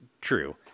True